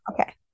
Okay